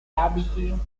abiti